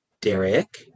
Derek